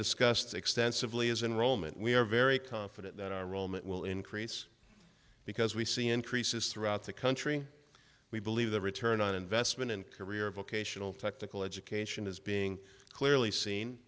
discussed extensively is enrollment we are very confident that our role met will increase because we see increases throughout the country we believe the return on investment in career vocational technical education is being clearly seen